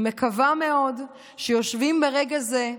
אני מקווה מאוד שיושבים ברגע זה,